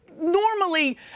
normally